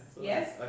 yes